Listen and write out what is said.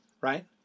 right